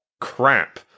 crap